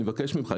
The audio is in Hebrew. אני מבקש ממך,